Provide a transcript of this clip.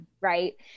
right